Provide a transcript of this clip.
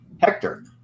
Hector